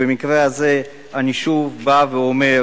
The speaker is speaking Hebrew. במקרה הזה אני שוב אומר,